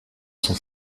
son